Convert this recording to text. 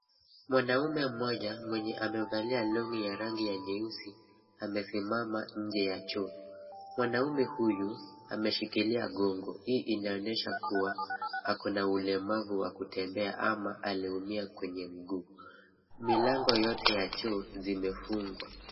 Mwanaume mmoja mwenye amevalia long'i ya rangi ya nyeusi, amesimama nje ya choo. Mwanaume huyu ameshikilia gongo. Hii inaonyesha kuwa ako na ulemavu wa kutembea ama aliumia kwenye mguu. Milango yote ya choo, zimefungwa.